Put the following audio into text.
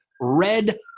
red